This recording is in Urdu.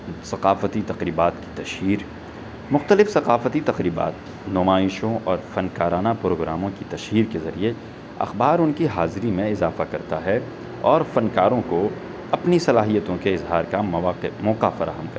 ثقافتی تقریبات کی تشہیر مختلف ثقافتی تقریبات نمائشوں اور فنکارانہ پروگراموں کی تشہیر کے ذریعے اخبار ان کی حاضری میں اضافہ کرتا ہے اور فنکاروں کو اپنی صلاحیتوں کے اظہار کا مواقع موقع فراہم کرتا ہے